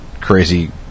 crazy